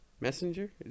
Messenger